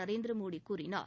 நரேந்திரமோடி கூறினார்